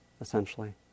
essentially